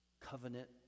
covenant